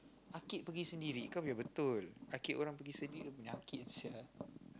arcade pergi sendiri kau biar betul arcade orang pergi sendiri penyakit sia